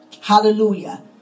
Hallelujah